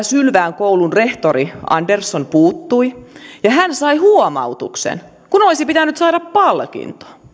sylvään koulun rehtori andersson puuttui ja hän sai huomautuksen kun olisi pitänyt saada palkinto